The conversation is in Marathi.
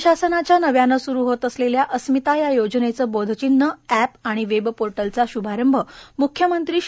राज्यशासनाच्या नव्यानं सुरू होत असलेल्या अस्मिता या योजनेचं बोयचिन्ह एप आणि वेब पोर्टलचा श्रुपारंम मुख्यमंत्री श्री